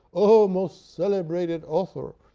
o most celebrated author!